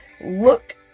look